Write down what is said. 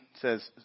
says